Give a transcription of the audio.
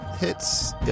hits